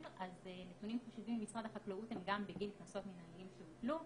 נתונים חשובים ממשרד החקלאות הם גם בגין קנסות מנהליים שהוטלו.